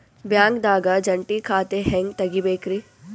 ಬ್ಯಾಂಕ್ದಾಗ ಜಂಟಿ ಖಾತೆ ಹೆಂಗ್ ತಗಿಬೇಕ್ರಿ?